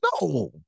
No